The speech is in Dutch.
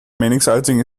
meningsuiting